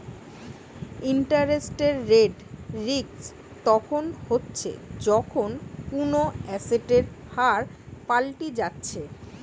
interest rate risk তখন হচ্ছে যখন কুনো এসেটের হার পাল্টি যাচ্ছে